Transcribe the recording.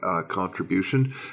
contribution